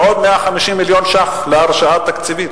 ועוד 150 מיליון שקל להרשאה תקציבית.